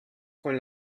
con